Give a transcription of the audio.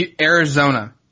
Arizona